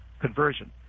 conversion